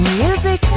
music